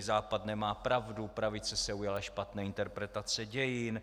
Západ nemá pravdu, pravice se ujala špatné interpretace dějin.